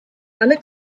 alle